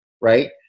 right